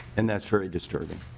and that's very disturbing.